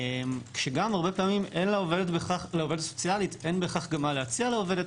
הרבה פעמים גם אין בהכרח לעובדת הסוציאלית מה להציע לעובדת.